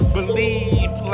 Believe